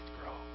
grow